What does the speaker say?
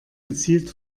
gezielt